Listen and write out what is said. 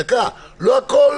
לא הכול,